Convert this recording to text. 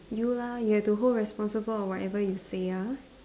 you lah you have to hold responsible of whatever you say ah